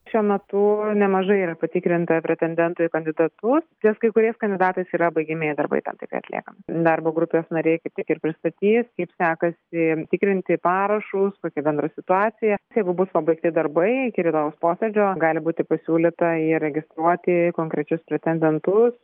šiuo metu nemažai yra patikrinta pretendentų į kandidatus ties kai kuriais kandidatais yra baigiamieji darbai tam tikri atliekami darbo grupės nariai kaip tik ir pristatys kaip sekasi tikrinti parašus kokia bendra situacija kai jau bus pabaigti darbai iki rytojaus posėdžio gali būti pasiūlyta įregistruoti konkrečius pretendentus